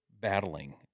battling